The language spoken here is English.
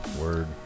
word